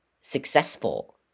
successful